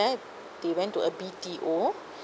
flat they went to a B_T_O